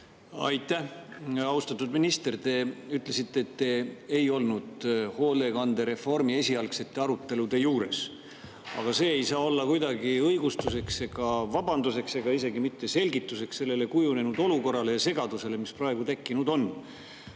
Aitäh! Austatud minister! Te ütlesite, et te ei olnud hoolekandereformi esialgsete arutelude juures, aga see ei saa olla kuidagi õigustuseks ega vabanduseks ega isegi mitte selgituseks sellele kujunenud olukorrale ja segadusele, mis praegu tekkinud on,